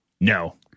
No